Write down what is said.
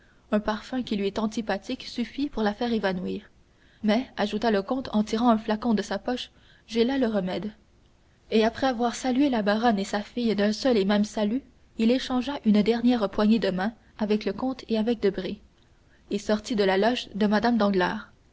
un parfum qui lui est antipathique suffit pour la faire évanouir mais ajouta le comte en tirant un flacon de sa poche j'ai là le remède et après avoir salué la baronne et sa fille d'un seul et même salut il échangea une dernière poignée de main avec le comte et avec debray et sortit de la loge de mme